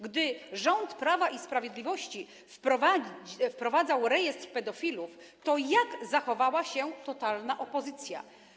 Gdy rząd Prawa i Sprawiedliwości wprowadzał rejestr pedofilów, to jak zachowała się totalna opozycja?